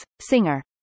Singer